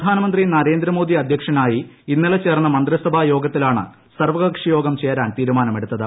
പ്രധാനമന്ത്രി നരേന്ദ്രമോദി അധൃക്ഷനായി ഇന്നലെ ചേർന്ന മന്ത്രിസഭാ യോഗത്തിലാണ് സർവകക്ഷിയോഗം ചേരാൻ തീരുമാനമെടുത്തത്